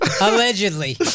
Allegedly